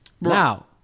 Now